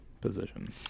position